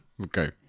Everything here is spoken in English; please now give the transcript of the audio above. Okay